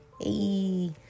Hey